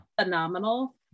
phenomenal